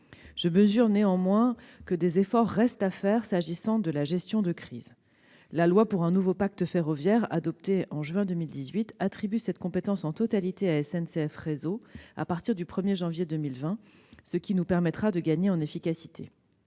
Je mesure néanmoins que des efforts restent à faire s'agissant de la gestion de crise. La loi pour un nouveau pacte ferroviaire, adoptée en juin 2018, attribue cette compétence en totalité à SNCF Réseau à partir du 1 janvier 2020, ce qui permettra de gagner en efficacité.